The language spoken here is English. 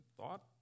thought